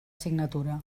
signatura